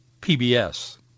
PBS